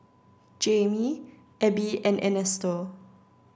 Jayme Ebbie and Ernesto